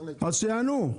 אז שיענו.